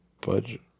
budget